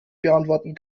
beantworten